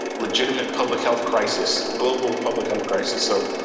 legitimate public health crisis, global public health crisis. so